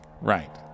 Right